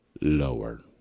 Lower